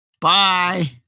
Bye